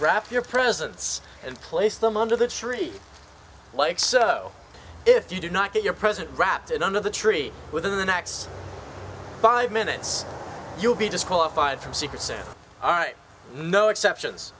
wrap your presents and place them under the tree like so if you do not get your present wrapped it under the tree within the next five minutes you'll be disqualified from secrecy all right no exceptions